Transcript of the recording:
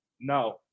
no